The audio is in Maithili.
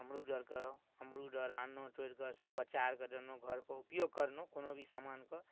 अमरूद आरके अमरूद आर आनलहुॅं तोड़ि कऽ सभ बच्चा आरके देलहुॅं उपयोग करनहुॅं कुनो भी समानके